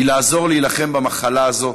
היא לעזור להילחם במחלה הזו,